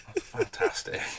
Fantastic